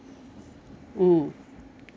mm ya